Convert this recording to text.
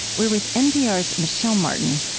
we're with npr's michel martin,